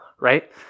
right